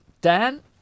Dan